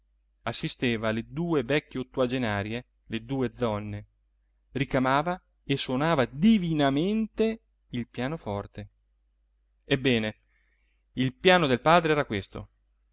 assisteva le due vecchie ottuagenarie le due znne ricamava e sonava divinamente il pianoforte ebbene il piano del padre era questo